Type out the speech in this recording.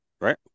right